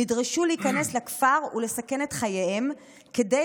נדרשו להיכנס לכפר ולסכן את חייהם כדי